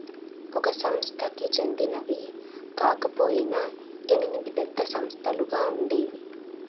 ఒక సంస్థకి చెందినవి కాకపొయినా ఎనిమిది పెద్ద సంస్థలుగా ఉండేవి